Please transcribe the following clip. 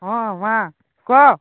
ହଁ ମା' କହ